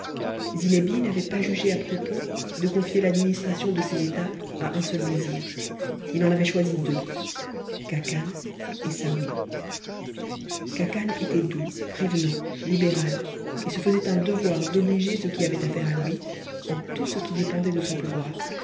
xinchi n'avait pas jug a propos de confier l'administration de ses états à un seul vizir h eu avait choisi deux khacan et saouy khncan était doux prévenant hhet'at et se taisait un devoir d'obliger ux ui avaient attire lui en tout ce qui dépendait de son pouvoir